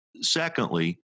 Secondly